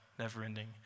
never-ending